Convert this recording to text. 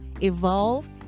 evolve